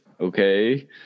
Okay